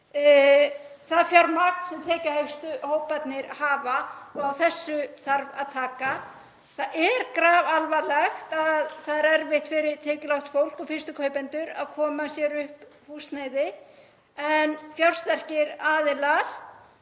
það fjármagn sem tekjuhæstu hóparnir hafa og á þessu þarf að taka. Það er grafalvarlegt að það er erfitt fyrir tekjulágt fólk og fyrstu kaupendur að koma sér upp húsnæði en fjársterkir aðilar